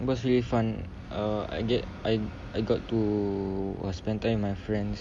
was really fun uh I get I got to spend time with my friends